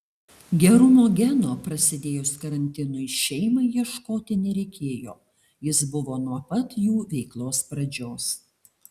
gerumo geno prasidėjus karantinui šeimai ieškoti nereikėjo jis buvo nuo pat jų veiklos pradžios